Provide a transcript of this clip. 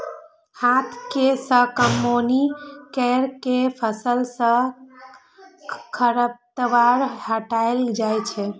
हाथ सं कमौनी कैर के फसल सं खरपतवार हटाएल जाए छै